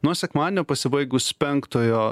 nuo sekmadienio pasibaigus penktojo